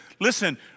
listen